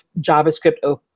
JavaScript